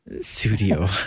Studio